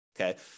Okay